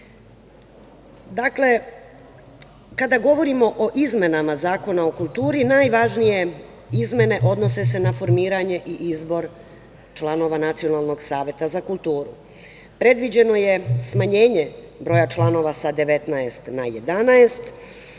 kada govorimo o izmenama Zakona o kulturi, najvažnije izmene odnose se na formiranje i izbor članova Nacionalnog saveta za kulturu. Predviđeno je smanjenje broja članova sa 19 na 11.